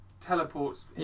teleports